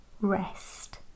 rest